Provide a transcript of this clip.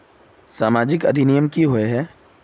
सामाजिक अधिनियम की होय है?